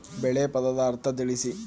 ಬೆಳೆ ಪದದ ಅರ್ಥ ತಿಳಿಸಿ?